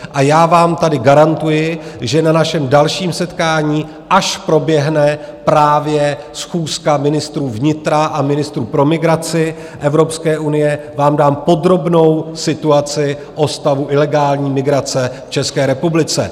A já vám tady garantuji, že na našem dalším setkání, až proběhne právě schůzka ministrů vnitra a ministrů pro migraci Evropské unie, vám dám podrobnou situaci o stavu ilegální migrace v České republice.